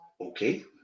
Okay